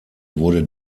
wurde